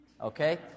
okay